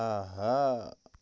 آہا